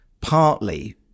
partly